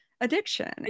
addiction